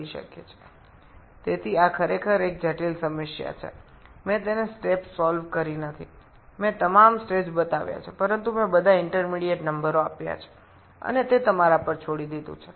সুতরাং এটি সত্যিই জটিল সমস্যা আমি এটির ধাপে ধাপে সমাধান করিনি আমি সমস্ত পর্যায়টি দেখিয়েছি তবে আমি সমাধান করিনি সমস্ত মধ্যবর্তী সংখ্যা দিয়েছি এবং এটি আপনার উপর ছেড়ে দিয়েছি